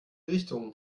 richtungen